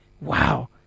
wow